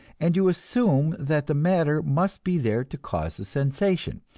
and you assume that the matter must be there to cause the sensation.